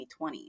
2020